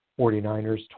49ers